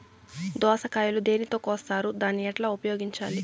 దోస కాయలు దేనితో కోస్తారు దాన్ని ఎట్లా ఉపయోగించాలి?